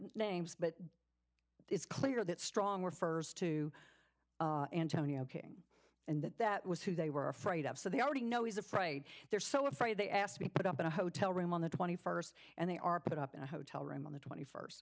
names but it's clear that strong refers to antonio king and that that was who they were afraid of so they already know he's afraid they're so afraid they asked me to put up in a hotel room on the twenty first and they are put up in a hotel room on the twenty first